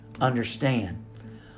understand